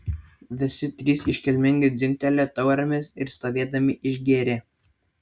visi trys iškilmingai dzingtelėjo taurėmis ir stovėdami išgėrė